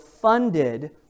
funded